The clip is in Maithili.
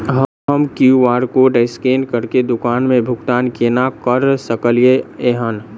हम क्यू.आर कोड स्कैन करके दुकान मे भुगतान केना करऽ सकलिये एहन?